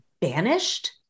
banished